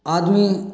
आदमी